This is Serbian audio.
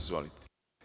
Izvolite.